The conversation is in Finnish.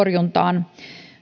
torjuntaan